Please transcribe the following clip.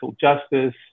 justice